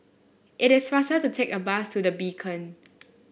it is faster to take a bus to The Beacon